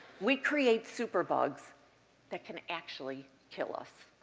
we create superbugs that can actually kill us.